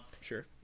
Sure